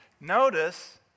Notice